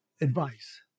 advice